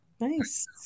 Nice